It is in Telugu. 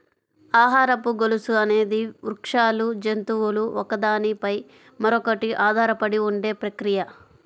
ఆహారపు గొలుసు అనేది వృక్షాలు, జంతువులు ఒకదాని పై మరొకటి ఆధారపడి ఉండే ప్రక్రియ